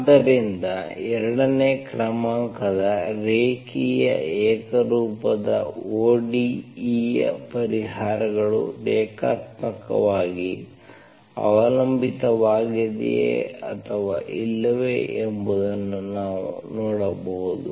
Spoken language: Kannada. ಆದ್ದರಿಂದ ಎರಡನೇ ಕ್ರಮಾಂಕದ ರೇಖೀಯ ಏಕರೂಪದ ODE ಯ ಪರಿಹಾರಗಳು ರೇಖಾತ್ಮಕವಾಗಿ ಅವಲಂಬಿತವಾಗಿದೆಯೇ ಅಥವಾ ಇಲ್ಲವೇ ಎಂಬುದನ್ನು ನಾವು ನೋಡಬಹುದು